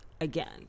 again